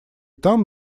там